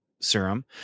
Serum